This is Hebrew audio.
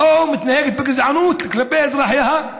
או מתנהלת בגזענות כלפי אזרחיה,